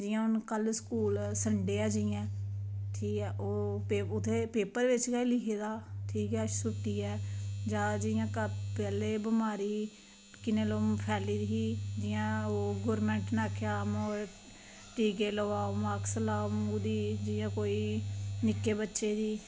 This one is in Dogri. जियां कल्ल हून संडे ऐ जियां ओह् उत्थें पेपर च गै लिखे दा ठीक ऐ छुट्टी ऐ जां जियां काकै आह्ले ई बमारी किन्नै लोकें ई फैली दी ही ओह् जियां ओह् गौरमेंट नै आक्खेआ टीके लोआओ मॉस्क लाओ मूंह् दी जियां कोई निक्के बच्चे दी